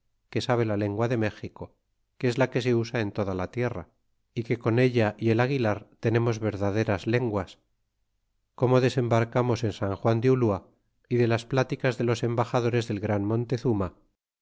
que sabe la lengua de méxico que es la que se usa en toda la tierra y que con ella y el aguilar tenemos verdaderas lenguas como desembarcamos en san juan de ultra y de las pláticas de los embaxadores del gran montezuma